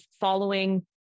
following